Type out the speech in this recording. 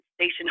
Station